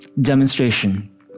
demonstration